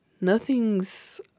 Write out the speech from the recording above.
nothing's